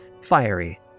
fiery